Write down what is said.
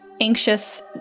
anxious